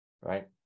Right